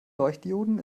leuchtdioden